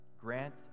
grant